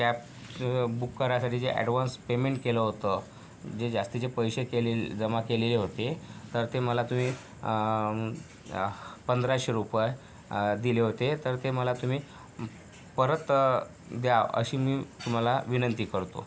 कॅबचं book करायसाठी जे advance payment केलं होतं जे जास्तीचे पैसे केलेल जमा केलेले होते तर ते मला तुम्ही पंधराशे रुपये दिले होते तर ते मला तुम्ही परत द्या अशी मी तुम्हाला विनंती करतो